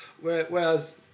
whereas